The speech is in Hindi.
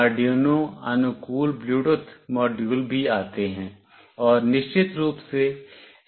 आर्डयूनो अनुकूल ब्लूटूथ मॉड्यूल भी आते हैं और निश्चित रूप से STM अनुकूल भी